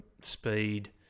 speed